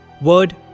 word